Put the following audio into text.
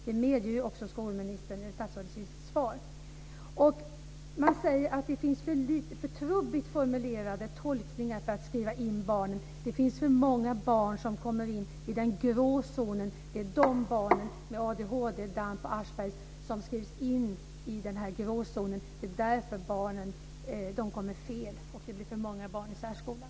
Det medger också statsrådet i sitt svar. Man säger att tolkningarna är för trubbigt formulerade för att man ska kunna skriva in barnen. Det finns för många barn som kommer in i den grå zonen. Det är barnen med ADHD, DAMP och Aspergers som skrivs in i denna gråzon. Det är därför barnen kommer fel och det blir för många barn i särskolan.